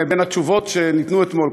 בין התשובות שניתנו אתמול,